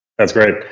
that's great.